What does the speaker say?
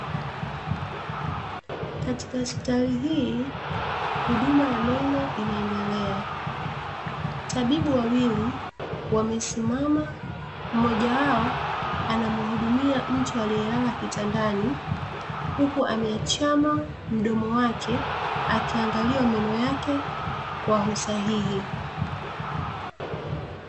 Katika hospitali hii huduma ya meno inaendelea, tabibu wawili wamesimama mmoja wao anamhudumia mtu aliyelala kitandani huku ameachama mdomo wake akiangaliwa meno yake kwa usahihi .